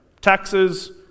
Taxes